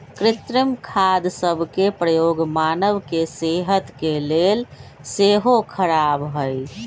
कृत्रिम खाद सभ के प्रयोग मानव के सेहत के लेल सेहो ख़राब हइ